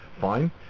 fine